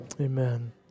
Amen